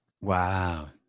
Wow